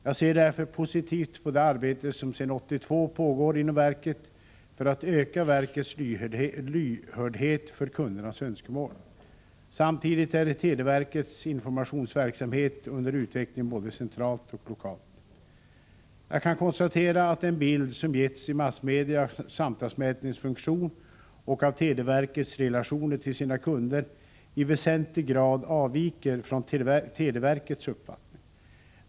Jag ser därför positivt på det arbete som sedan 1982 pågår inom verket för att öka verkets lyhördhet för kundernas önskemål. Samtidigt är televerkets informationsverksamhet under utveckling både centralt och lokalt. Jag kan konstatera att den bild som getts i massmedia av samtalsmätningens funktion och av televerkets relationer till sina kunder i väsentlig grad avviker från televerkets uppfattning.